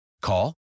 Call